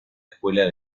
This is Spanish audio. escuela